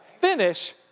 finish